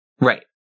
Right